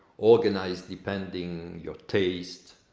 organized depending your taste,